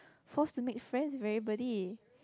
forced to make friends with everybody